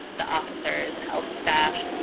the officers, health staff,